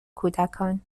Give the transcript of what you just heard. کودکان